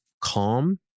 calm